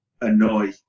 annoy